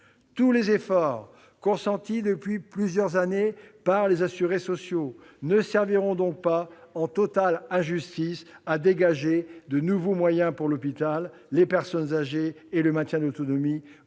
Tous les efforts consentis depuis plusieurs années par les assurés sociaux ne serviront donc pas à dégager de nouveaux moyens pour l'hôpital, les personnes âgées et le maintien de l'autonomie ou encore